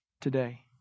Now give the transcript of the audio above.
today